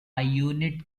unit